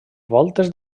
voltes